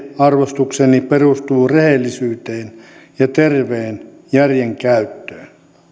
itsearvostukseni perustuu rehellisyyteen ja terveen järjen käyttöön